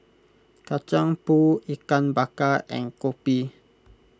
Kacang Pool Ikan Bakar and Kopi